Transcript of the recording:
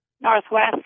Northwest